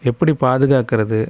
எப்படி பாதுகாக்கிறது